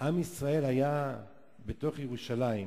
עם ישראל היה בתוך ירושלים.